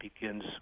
begins